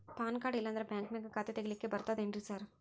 PAN card ಇಲ್ಲಂದ್ರ ಬ್ಯಾಂಕಿನ್ಯಾಗ ಖಾತೆ ತೆಗೆಲಿಕ್ಕಿ ಬರ್ತಾದೇನ್ರಿ ಸಾರ್?